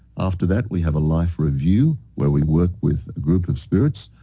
after that, we have a life review, where we work with a group of spirits.